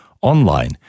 online